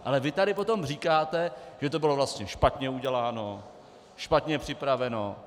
Ale vy tady potom říkáte, že to bylo vlastně špatně uděláno, špatně připraveno.